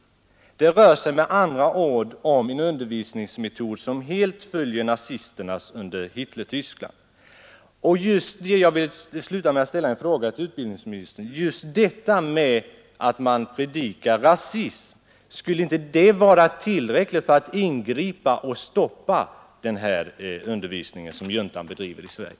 Det rör sig med andra ord om en undervisningsmetod som helt följer nazisternas under Hitlertyskland. Jag vill sluta med att ställa en fråga till utbildnings detta att man predikar rasism, skulle inte det vara tillr ninistern: Just ckligt för att ingripa och stoppa den här undervisningen som juntan bedriver i Sverige?